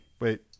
Wait